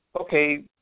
okay